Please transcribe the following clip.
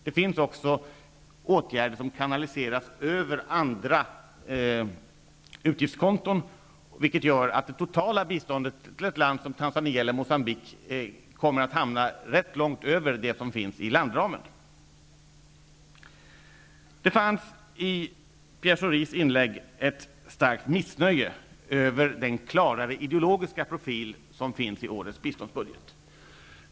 Det finns också åtgärder som kanaliseras över andra utgiftskonton, vilket gör att det totala biståndet till ett land som Tanzania eller Moçambique kommer att hamna ganska långt över det som finns i landramen. I Pierre Schoris inlägg fanns det ett starkt missnöje över den klarare ideologiska profil som finns i årets biståndsbudget.